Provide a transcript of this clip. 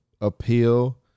appeal